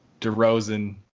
DeRozan